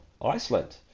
Iceland